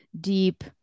deep